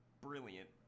brilliant